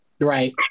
Right